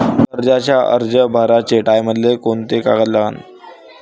कर्जाचा अर्ज भराचे टायमाले कोंते कागद लागन?